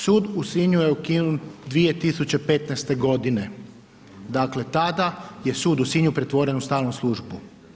Sud u Sinju je ukinut 2015. godine, dakle tada je sud u Sinju pretvoren u stalnu službu.